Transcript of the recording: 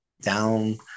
down